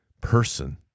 person